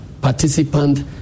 participant